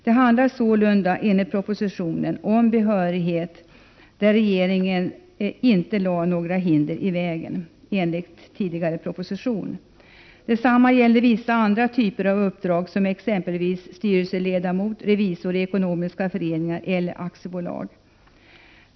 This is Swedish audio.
Det handlar sålunda enligt propositionen om sådan behörighet där regeringen inte lade några hinder i vägen enligt tidigare proposition. Detsamma gällde vissa andra typer av uppdrag, som exempelvis styrelseledamot och revisor i ekonomiska föreningar eller aktiebolag.